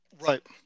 Right